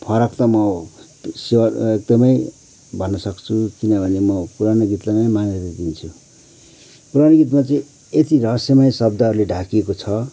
फरक त म एकदमै भन्न सक्छु किनभने म पुरानो गीतलाई नै मान्याता दिन्छु पुरानो गीतमा चाहिँ यती रहस्यमय शब्दहरूले ढाकिएको छ